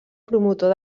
promotor